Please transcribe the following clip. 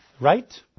right